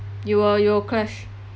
you will you will crash